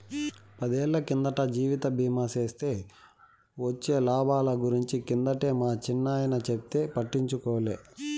పదేళ్ళ కిందట జీవిత బీమా సేస్తే వొచ్చే లాబాల గురించి కిందటే మా చిన్నాయన చెప్తే పట్టించుకోలే